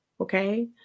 okay